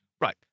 Right